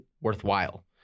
worthwhile